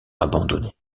abandonnée